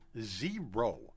zero